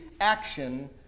action